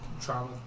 trauma